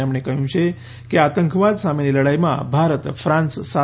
તેમણે કહ્યું છેકે આતંકવાદ સામેની લડાઈમાં ભારત ફ્રાન્સ સાથે છે